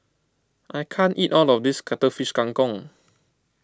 I can't eat all of this Cuttlefish Kang Kong